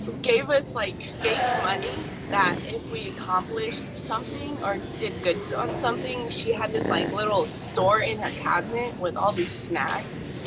gave us like fake money that if we accomplished something or did good on something. she had this like little store in her cabinet with all these snacks.